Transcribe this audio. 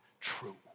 true